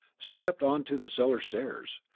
stepped on to the cellar stairs.